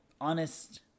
honest